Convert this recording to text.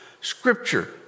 Scripture